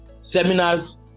seminars